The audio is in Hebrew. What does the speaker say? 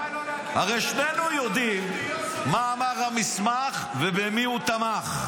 הרי שנינו יודעים מה אמר המסמך ובמי הוא תמך.